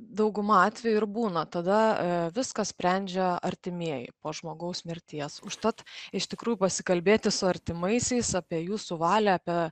dauguma atvejų ir būna tada viską sprendžia artimieji po žmogaus mirties užtat iš tikrųjų pasikalbėti su artimaisiais apie jūsų valią apie